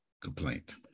complaint